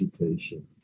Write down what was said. education